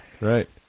Right